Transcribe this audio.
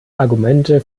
argumente